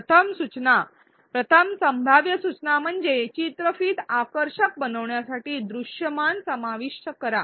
प्रथम सूचना प्रथम संभाव्य सूचना म्हणजे चित्रफित आकर्षक बनविण्यासाठी दृष्यमान समाविष्ट करणे